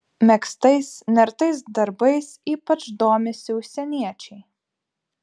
megztais nertais darbais ypač domisi užsieniečiai